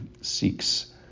seeks